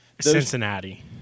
Cincinnati